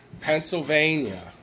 Pennsylvania